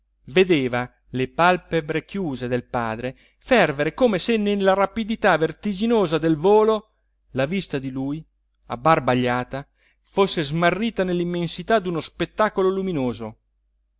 vedeva le palpebre chiuse del padre fervere come se nella rapidità vertiginosa del volo la vista di lui abbarbagliata fosse smarrita nell'immensità d'uno spettacolo luminoso